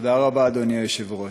תודה רבה, אדוני היושב-ראש.